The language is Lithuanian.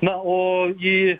na o į